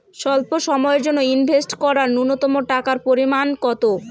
স্বল্প সময়ের জন্য ইনভেস্ট করার নূন্যতম টাকার পরিমাণ কত?